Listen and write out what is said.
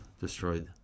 destroyed